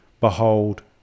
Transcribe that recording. Behold